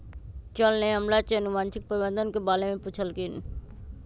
sir ने हमरा से अनुवंशिक परिवर्तन के बारे में पूछल खिन